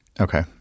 Okay